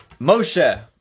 Moshe